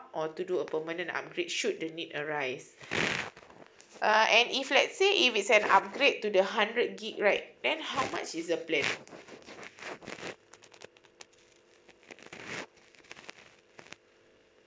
or to do a permanent upgrade should the need arise uh and if let's say if it is an upgrade to the hundred git right then how much is the plan